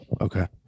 okay